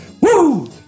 Woo